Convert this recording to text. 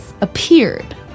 appeared